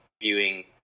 viewing